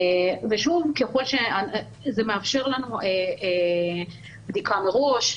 זה מאפשר לנו בדיקה מראש.